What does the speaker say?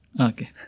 Okay